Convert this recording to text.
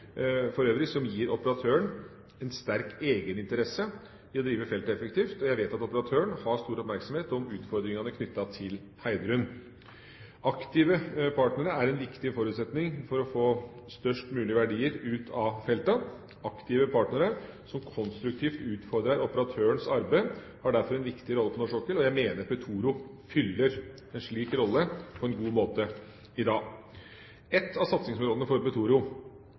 for øvrig som gir operatøren en sterk egeninteresse i å drive feltet effektivt, og jeg vet at operatøren har stor oppmerksomhet om utfordringene knyttet til Heidrun. Aktive partnere er en viktig forutsetning for å få størst mulige verdier ut av feltene. Aktive partnere som konstruktivt utfordrer operatørens arbeid, har derfor en viktig rolle på norsk sokkel, og jeg mener Petoro fyller en slik rolle på en god måte i dag. Ett av satsingsområdene for